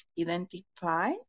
identify